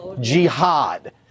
jihad